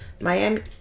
Miami